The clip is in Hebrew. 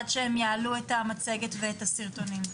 עד שהם יעלו את המצגת ואת הסרטונים.